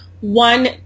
one